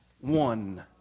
one